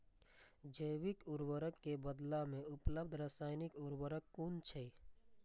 जैविक उर्वरक के बदला में उपलब्ध रासायानिक उर्वरक कुन छै?